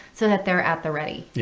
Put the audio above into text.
so that they're at the ready. yeah,